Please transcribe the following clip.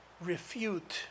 refute